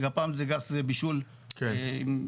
גפ"מ זה גז לבישול, להעברה.